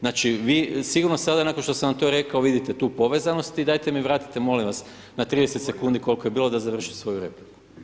Znači vi sigurno sada nakon što sam vam to rekao, vidite tu povezanost i dajte mi vratite, molim vas na 30 sekundi koliko je bilo da završim svoju repliku.